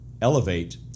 elevate